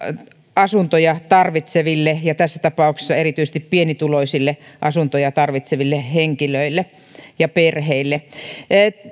asuntoja tarvitseville ja tässä tapauksessa erityisesti pienituloisille asuntoja tarvitseville henkilöille ja perheille